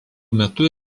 metu